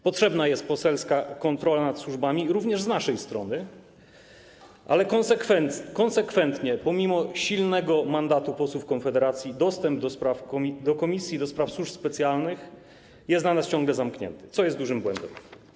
Potrzebna jest poselska kontrola nad służbami również z naszej strony, ale konsekwentnie, pomimo silnego mandatu posłów Konfederacji, dostęp do Komisji do Spraw Służb Specjalnych jest dla nas ciągle zamknięty, co jest dużym błędem.